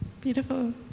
Beautiful